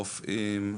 רופאים,